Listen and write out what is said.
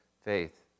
faith